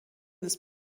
ist